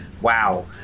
Wow